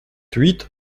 huit